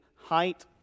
height